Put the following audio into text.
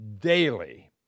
daily